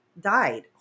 died